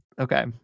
Okay